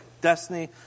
Destiny